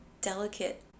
delicate